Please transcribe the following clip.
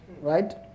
right